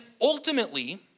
ultimately